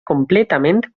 completament